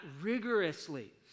rigorously